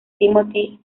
timothy